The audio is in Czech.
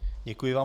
Děkuji vám.